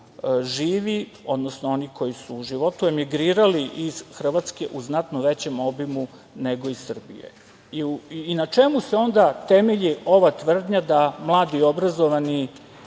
živi, odnosno oni koji su u životu, emigrirali iz Hrvatske u znatno većem obimu nego iz Srbije. Na čemu se onda temelji ova tvrdnja da mladi i obrazovani